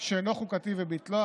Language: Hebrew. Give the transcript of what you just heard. שאינו חוקתי וביטלו,